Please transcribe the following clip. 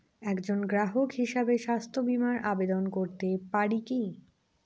একজন গ্রাহক হিসাবে স্বাস্থ্য বিমার আবেদন করতে পারি কি?